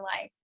life